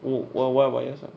what what about yourself